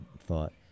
thought